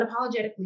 unapologetically